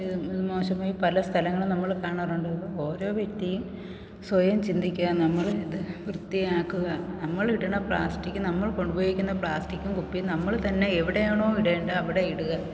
ഇത് മോശമായി പല സ്ഥലങ്ങളും നമ്മൾ കാണാറുണ്ട് അപ്പോൾ ഓരോ വ്യക്തിയും സ്വയം ചിന്തിക്കുക നമ്മളിത് വൃത്തിയാക്കുക നമ്മൾ ഇടുന്ന പ്ലാസ്റ്റിക്ക് നമ്മൾ ഉപയോഗിക്കുന്ന പ്ലാസ്റ്റിക്കും കുപ്പീം നമ്മൾ തന്നെ എവിടെയാണോ ഇടേണ്ടത് അവിടെ ഇടുക